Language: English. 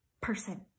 person